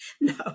No